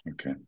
Okay